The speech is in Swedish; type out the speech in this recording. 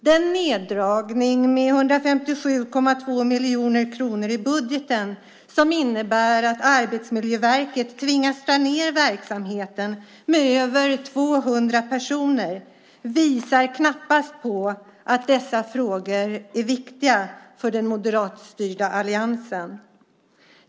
Den neddragning med 157,2 miljoner kronor i budgeten som innebär att Arbetsmiljöverket tvingas dra ned verksamheten med över 200 personer visar knappast att dessa frågor är viktiga för den moderatstyrda alliansen.